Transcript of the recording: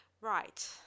right